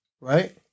right